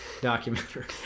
documentary